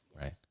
right